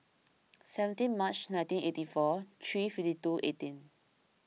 seventeen March nineteen eighty four three fifty two eighteen